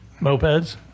Mopeds